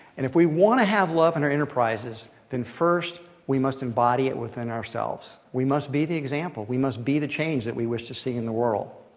and if we want to have love in our enterprises, then first we must embody it within ourselves. we must be the example. we must be the change that we wish to see in the world.